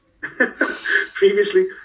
previously